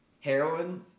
Heroin